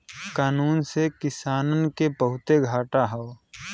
कानून से किसानन के बहुते घाटा हौ